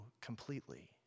completely